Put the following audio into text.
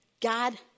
God